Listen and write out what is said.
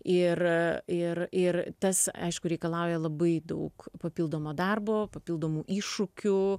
ir ir ir tas aišku reikalauja labai daug papildomo darbo papildomų iššūkių